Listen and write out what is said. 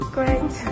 Great